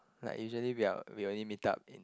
like usually we are we only meet up in